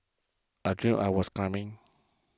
I dreamt I was climbing